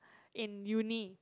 in uni